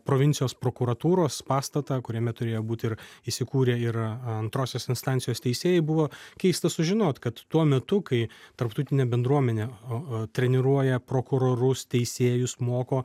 provincijos prokuratūros pastatą kuriame turėjo būti ir įsikūrę ir antrosios instancijos teisėjai buvo keista sužinot kad tuo metu kai tarptautinė bendruomenė treniruoja prokurorus teisėjus moko